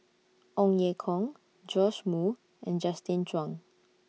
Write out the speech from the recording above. Ong Ye Kung Joash Moo and Justin Zhuang